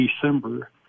December